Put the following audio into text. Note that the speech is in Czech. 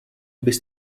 bys